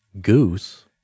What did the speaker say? goose